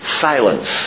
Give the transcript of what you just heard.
silence